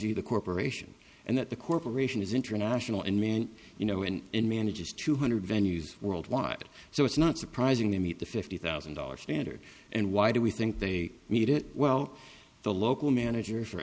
g the corporation and that the corporation is international and man you know and manages two hundred venues worldwide so it's not surprising they meet the fifty thousand dollars standard and why do we think they need it well the local manager for